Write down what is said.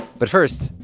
but first,